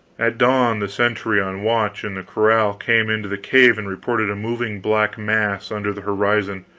at dawn the sentry on watch in the corral came into the cave and reported a moving black mass under the horizon,